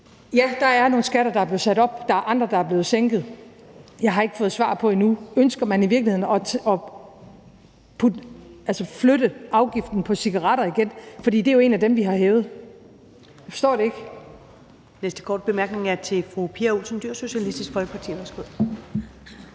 Ja, der er nogle skatter, der er blevet sat op; der er andre, der er blevet sænket. Jeg har endnu ikke fået svar på, om man i virkeligheden ønsker at flytte afgiften på cigaretter igen, for det er jo en af de afgifter, vi har hævet. Jeg forstår det ikke.